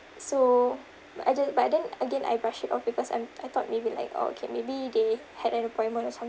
so but then but then again I brush it off because I'm I thought maybe like oh okay maybe they had an appointment or